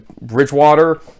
Bridgewater